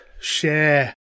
share